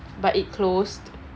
but it closed